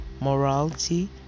morality